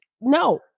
No